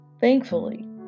Thankfully